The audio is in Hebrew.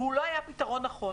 והוא לא היה פתרון נכון.